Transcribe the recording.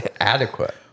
adequate